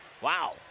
Wow